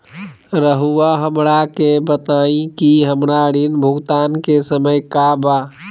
रहुआ हमरा के बताइं कि हमरा ऋण भुगतान के समय का बा?